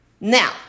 Now